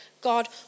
God